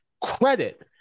credit